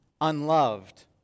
unloved